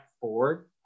forward